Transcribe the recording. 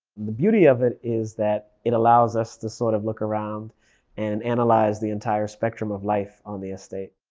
the beauty of it is that it allows us to sort of look around and analyze the entire spectrum of life on the estate.